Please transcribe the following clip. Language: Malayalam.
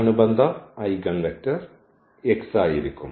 അനുബന്ധ ഐഗൻവെക്റ്റർ x ആയിരിക്കും